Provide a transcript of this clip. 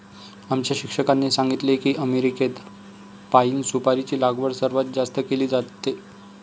आमच्या शिक्षकांनी सांगितले की अमेरिकेत पाइन सुपारीची लागवड सर्वात जास्त केली जाते